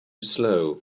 slow